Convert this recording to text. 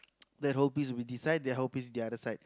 then whole piece will be this side the whole piece will be the other side